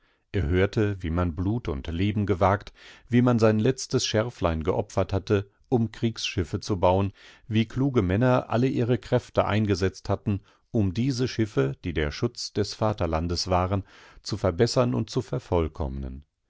er hörte wie man blut und leben gewagt wie man sein letztes scherflein geopfert hatte um kriegsschiffe zu bauen wie kluge männer alle ihre kräfte eingesetzt hatten umdieseschiffe diederschutzdesvaterlandeswaren zuverbessernundzu vervollkommnen